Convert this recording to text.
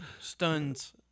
Stuns